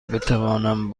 بتوانم